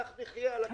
כך נחיה על הכיפק.